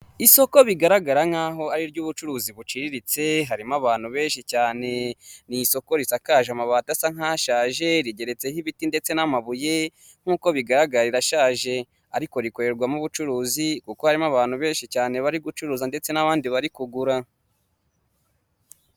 Igipapuro k'inyemezabwishyu gitangwa n'ikigo cyimisoro n'amahoro, kikaba kigaragaza igiciro cyamafaranga iki kintu cyatanzweho nicyo gikorwa cyakozwe.